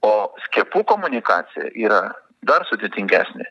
o skiepų komunikacija yra dar sudėtingesnė